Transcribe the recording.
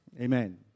Amen